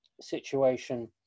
situation